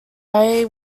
ray